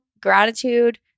gratitude